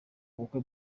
bukwe